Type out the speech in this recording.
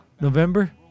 November